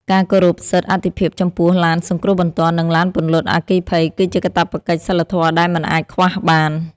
ការគោរពសិទ្ធិអាទិភាពចំពោះឡានសង្គ្រោះបន្ទាន់ និងឡានពន្លត់អគ្គិភ័យ គឺជាកាតព្វកិច្ចសីលធម៌ដែលមិនអាចខ្វះបាន។